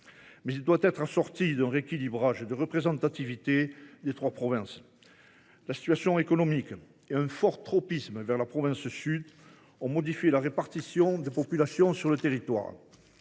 il doit être assorti d’un rééquilibrage de la représentativité des trois provinces. En effet, la situation économique et un fort tropisme vers la province Sud ont modifié la répartition de la population sur le territoire.